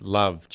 love